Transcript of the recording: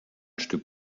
stück